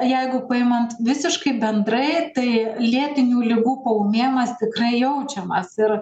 jeigu paimant visiškai bendrai tai lėtinių ligų paūmėjimas tikrai jaučiamas ir